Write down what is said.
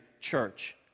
church